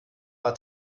war